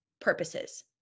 purposes